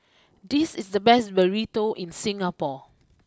this is the best Burrito in Singapore